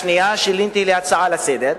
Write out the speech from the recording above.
ואת השנייה שיניתי להצעה לסדר-היום,